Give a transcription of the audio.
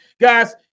guys